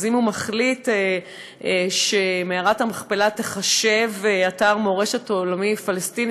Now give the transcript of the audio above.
אם הוא מחליט שמערת המכפלה תיחשב אתר מורשת עולמי פלסטיני,